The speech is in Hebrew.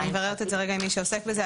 ואני מבררת את זה רגע עם מי שעוסק בזה.